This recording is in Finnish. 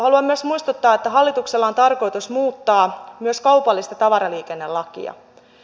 haluan muistuttaa että hallituksella on tarkoitus muuttaa myös kaupallista tavaraliikennelakia